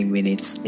Minutes